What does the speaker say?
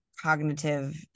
cognitive